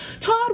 Todd